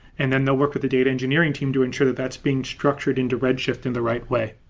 and then they'll work with the data engineering team to ensure that that's been structured into redshift in the right way,